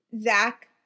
Zach